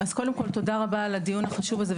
אז קודם כל תודה רבה על הדיון החשוב הזה.